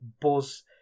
buzz